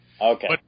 Okay